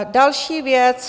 Další věc.